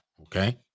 Okay